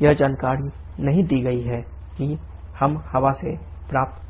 यह जानकारी नहीं दी गई है कि हम हवा से प्राप्त कर सकते हैं